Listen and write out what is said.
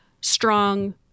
strong